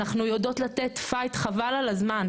אנחנו יודעות לתת פייט חבל על הזמן.